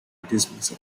dismissal